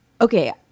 Okay